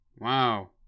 wow